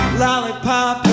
lollipop